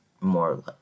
more